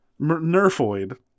Nerfoid